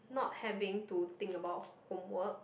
not having to think about homework